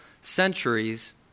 centuries